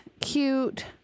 cute